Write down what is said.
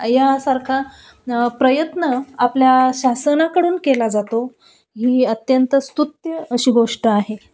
यासारखा प्रयत्न आपल्या शासनाकडून केला जातो ही अत्यंत स्तुत्य अशी गोष्ट आहे